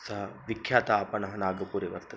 सः विख्यातः आपणः नागपुरे वर्तते